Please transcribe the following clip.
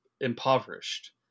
impoverished